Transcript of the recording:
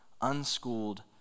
unschooled